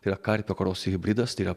tai yra karpio karoso hibridas tai yra